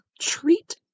treat